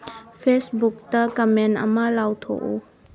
ꯐꯦꯁꯕꯨꯛꯇ ꯀꯃꯦꯟ ꯑꯃ ꯂꯥꯎꯊꯣꯛꯎ